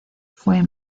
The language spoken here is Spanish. fue